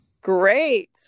Great